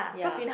ya